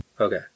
Okay